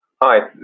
Hi